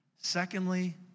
Secondly